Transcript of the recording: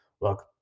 look